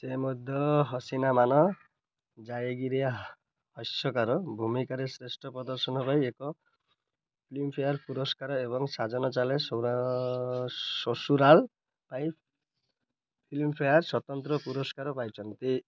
ସେ ମଧ୍ୟ ହସୀନା ମାନ ଜାୟେଗୀରେ ହାସ୍ୟକାର ଭୂମିକାରେ ଶ୍ରେଷ୍ଠ ପ୍ରଦର୍ଶନ ପାଇଁ ଏକ ଫିଲ୍ମଫେୟାର୍ ପୁରସ୍କାର ଏବଂ ସାଜନ ଚଲେ ସସୁରାଲ ପାଇଁ ଫିଲ୍ମଫେୟାର୍ ସ୍ୱତନ୍ତ୍ର ପୁରସ୍କାର ପାଇଛନ୍ତି